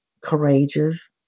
courageous